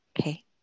Okay